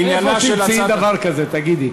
איפה תמצאי דבר כזה, תגידי.